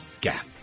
Gap